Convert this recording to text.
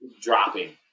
dropping